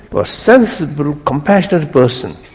but sensible, compassionate person,